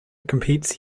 competes